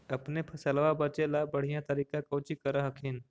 अपने फसलबा बचे ला बढ़िया तरीका कौची कर हखिन?